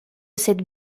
cette